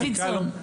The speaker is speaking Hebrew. דוידסון,